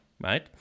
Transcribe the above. right